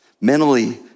mentally